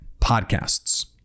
podcasts